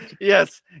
Yes